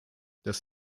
das